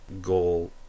goal